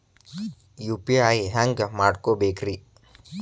UPI ಹ್ಯಾಂಗ ಮಾಡ್ಕೊಬೇಕ್ರಿ?